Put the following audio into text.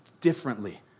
differently